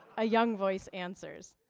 a young voice answers.